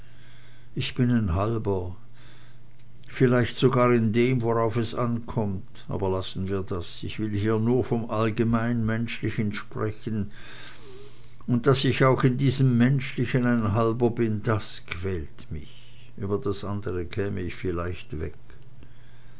ich bin ein halber vielleicht sogar in dem worauf es ankommt aber lassen wir das ich will hier nur vom allgemein menschlichen sprechen und daß ich auch in diesem menschlichen ein halber bin das quält mich über das andre käm ich vielleicht weg